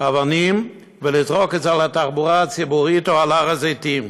אבנים ולזרוק אותן על התחבורה הציבורית או על הר-הזיתים.